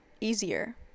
easier